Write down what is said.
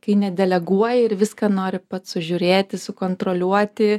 kai nedeleguoji ir viską nori pats sužiūrėti sukontroliuoti